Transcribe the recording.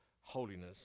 holiness